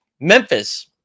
Memphis